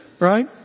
right